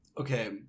okay